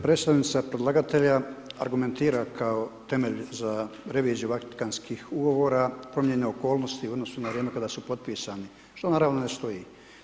Predstavnica predlagatelja argumentira kao temelj za reviziju Vatikanskih ugovora, promjene okolnosti u odnosu na vrijeme kada su potpisani, što naravno ne stoji.